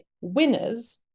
winners